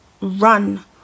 run